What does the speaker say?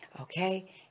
Okay